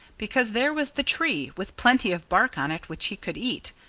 because there was the tree, with plenty of bark on it which he could eat.